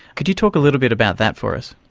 could you talk a little bit about that for us?